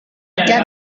saja